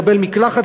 לקבל מקלחת,